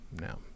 Now